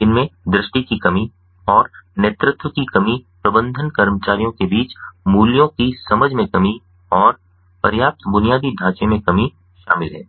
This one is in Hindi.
जिनमें दृष्टि की कमी और नेतृत्व की कमी प्रबंधन कर्मचारियों के बीच मूल्यों की समझ में कमी और पर्याप्त बुनियादी ढांचे में कमी शामिल हैं